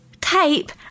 tape